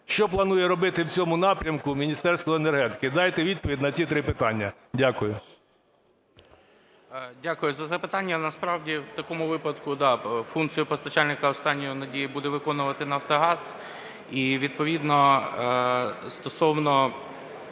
Що планує робити в цьому напрямку Міністерство енергетики? Дайте відповідь на ці три питання. Дякую. 10:55:11 ГАЛУЩЕНКО Г.В. Дякую за запитання. Насправді в такому випадку, да, функцію постачальника "останньої надії" буде виконувати Нафтогаз. І відповідно стосовно